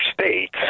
states